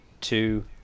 two